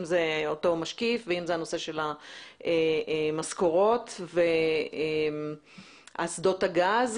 אם זה אותו משקיף ואם זה הנושא של המשכורות ואסדות הגז.